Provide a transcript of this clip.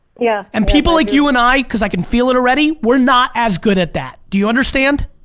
yeah. and people like you and i, because i can feel it already, we're not as good at that. do you understand?